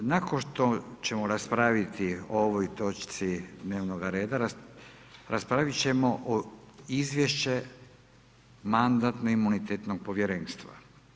Nakon što ćemo raspraviti o ovoj točci dnevnog reda, raspraviti ćemo o izvješće mandatno imunitetnog povjerenstva.